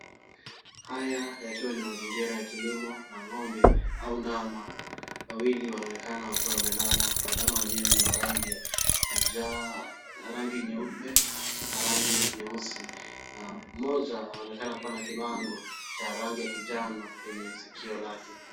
Haya yakiwa ni mazingira ya kilimo na ng'ombe au ndama wawili wanaonekana wakiwa wamelala na ndama wenyewe ni wa rangi nyeupe na rangi nyeusi. Mmoja anaonekana kuwa na kibango cha rangi ya kinjano kwenye sikio lake.